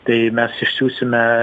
tai mes išsiųsime